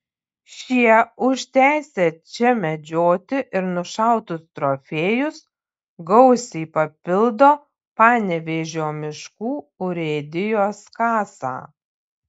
šie už teisę čia medžioti ir nušautus trofėjus gausiai papildo panevėžio miškų urėdijos kasą